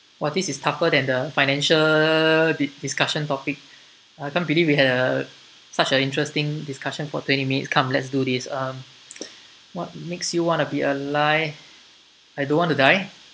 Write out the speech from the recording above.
!wah! this is tougher than the financial dis~ discussion topic I can't believe we had a such a interesting discussion for twenty minutes come let's do this uh what makes you wanna be ali~ I don't want to die